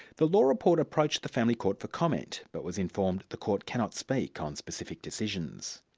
the law report approached the family court for comment, but was informed the court cannot speak on specific decisions.